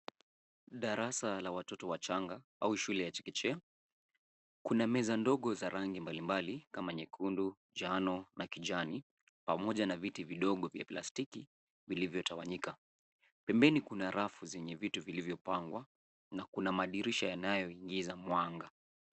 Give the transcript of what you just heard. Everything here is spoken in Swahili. Darasa la watoto wachanga au shule ya chekechea .Kuna meza ndogo za rangi mbali mbali kama nyekundu, njano na kijani. Pamoja na viti vidogo vya plastiki vilivyo tawanyika. Pembeni kuna rafu zenye vitu zilizopangwa na madirisha yanayo ingiza mwanga.